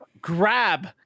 grab